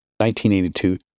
1982